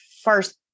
first